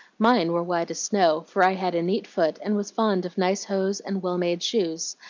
mine were white as snow, for i had a neat foot, and was fond of nice hose and well-made shoes.